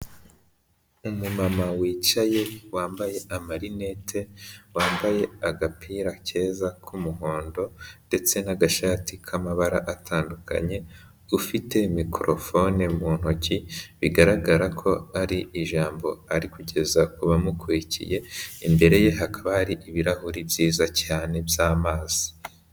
Umumama wicaye wambaye amarinete, wambaye agapira keza k'umuhondo ndetse n'agashati k'amabara atandukanye, ufite mikorofone mu ntoki bigaragara ko ari ijambo ari kugeza ku bamukurikiye, imbere ye hakaba hari ibirahuri byiza cyane by'amazi.